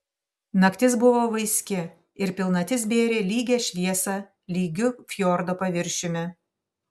naktis buvo vaiski ir pilnatis bėrė lygią šviesą lygiu fjordo paviršiumi